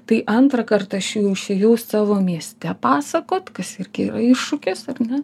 tai antrą kartą aš jau išėjau savo mieste pasakot kas irgi yra iššūkis ar ne